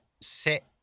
sit